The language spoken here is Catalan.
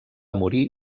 morir